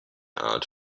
art